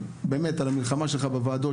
הקמת הוועדה המיוחדת